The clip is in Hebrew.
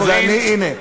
הנה.